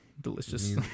Delicious